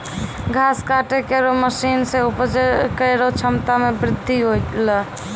घास काटै केरो मसीन सें उपज केरो क्षमता में बृद्धि हौलै